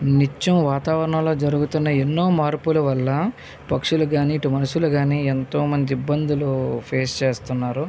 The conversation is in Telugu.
నిత్యం వాతావరణంలో జరుగుతున్న ఎన్నో మార్పుల వల్ల పక్షులు కానీ ఇటు మనుషులు కానీ ఎంతో మంది ఇబ్బందులు ఫేస్ చేస్తున్నారు